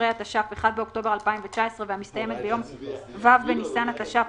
בתשרי התש"ף (1 באוקטובר 2019) והמסתיימת ביום ו' בניסן התש"ף